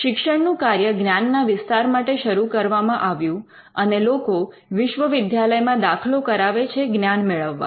શિક્ષણનું કાર્ય જ્ઞાનના વિસ્તાર માટે શરૂ કરવામાં આવ્યું અને લોકો વિશ્વવિદ્યાલયમાં દાખલો કરાવે છે જ્ઞાન મેળવવા